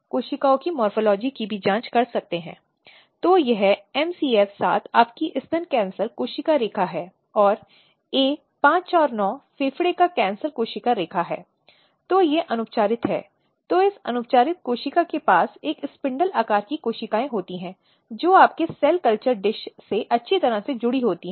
यदि अभियोजन पक्ष यह स्थापित करता है कि बाल गवाह से एक पूर्ण और स्पष्ट लेखा प्राप्त करने के लिए एक आवरणपर्दास्क्रीन आवश्यक है तो ऐसी आवरण जैसा कि गवाह आवरण में होगा या अपराधी से बच्चे का आवरण होगा